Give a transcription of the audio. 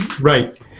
Right